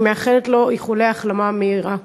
אני מאחלת לו איחולי החלמה מהירה.